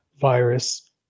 virus